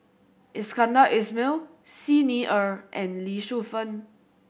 Iskandar Ismail Xi Ni Er and Lee Shu Fen